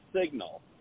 signal